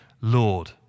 Lord